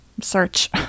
Search